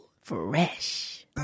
Fresh